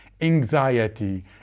anxiety